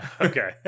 okay